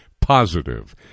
positive